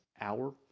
hour